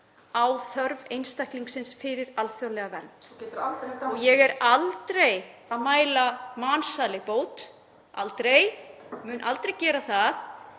á þörf einstaklingsins fyrir alþjóðlega vernd. (Gripið fram í.) Ég er aldrei að mæla mansali bót, aldrei, og mun aldrei gera það.